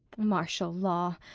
martial law!